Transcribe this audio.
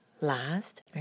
last